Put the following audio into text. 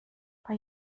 bei